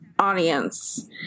audience